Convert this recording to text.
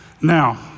Now